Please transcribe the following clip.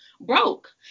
broke